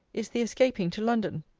is the escaping to london.